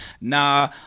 Nah